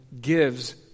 gives